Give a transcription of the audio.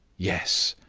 yes,